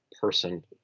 person